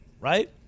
right